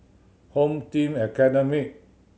Home Team Academy